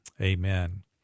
amen